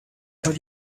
but